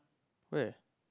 where